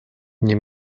nie